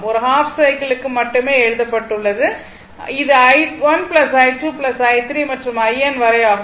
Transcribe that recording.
ஒரு ஹாஃப் சைக்கிளுக்கு மட்டுமே எழுதப்பட்டுள்ளது இது i1 i2 i3 மற்றும் in வரை ஆகும்